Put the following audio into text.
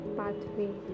pathway